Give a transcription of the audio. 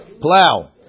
plow